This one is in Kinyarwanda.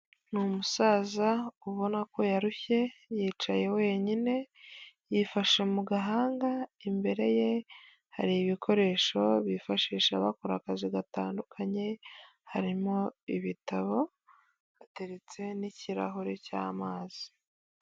Ni umusaza ubona ko yarushye yicaye wenyine, yifashe mu gahanga imbere ye hari ibikoresho bifashisha bakora akazi gatandukanye, harimo ibitabo bateretse n'ikirahure cy'amazi.